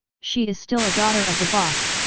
she is still daughter of the boss!